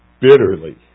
bitterly